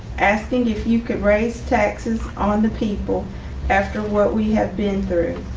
asking if you could raise taxes on the people after what we have been through.